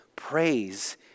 Praise